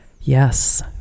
Yes